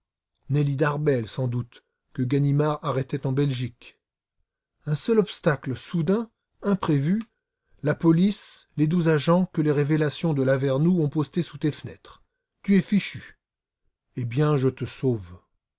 nelly darbel sans doute que ganimard arrêtait en belgique un seul obstacle soudain imprévu la police les douze agents que les révélations de lavernoux ont postés sous tes fenêtres tu es fichu eh bien je te sauve